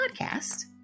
podcast